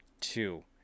Two